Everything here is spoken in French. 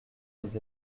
mes